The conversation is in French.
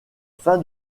fin